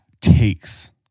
takes